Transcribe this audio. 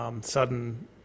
Sudden